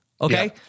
Okay